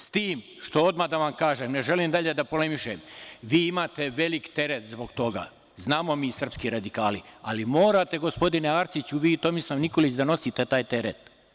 S tim što, odmah da vam kažem, ne želim dalje da polemišem, vi imate velik teret zbog toga, znamo mi srpski radikali, ali morate, gospodine Arsiću, vi i Tomislav Nikolić da nosite taj teret.